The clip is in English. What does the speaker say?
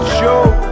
joke